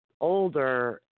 older